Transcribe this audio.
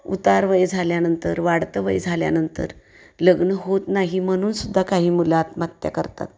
उतार वय झाल्यानंतर वाढतं वय झाल्यानंतर लग्न होत नाही म्हणून सुद्धा काही मुलं आत्महत्या करतात